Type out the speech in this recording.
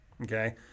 Okay